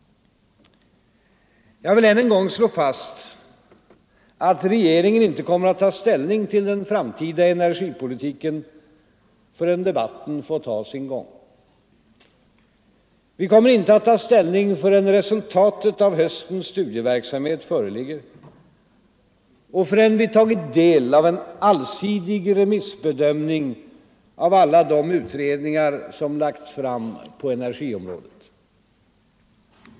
Jag vill än en gång slå fast att regeringen inte kommer att ta ställning till den framtida energipolitiken förrän debatten fått ha sin gång. Vi kommer inte att ta ställning förrän resultatet av höstens studieverksamhet föreligger och förrän vi tagit del av en allsidig remissbedömning av alla de utredningar som lagts fram på energiområdet.